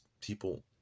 people